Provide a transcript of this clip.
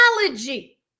analogy